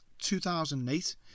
2008